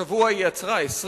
וגם השבוע היא עצרה מפגינים.